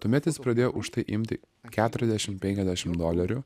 tuomet jis pradėjo už tai imti keturiasdešim penkiasdešim dolerių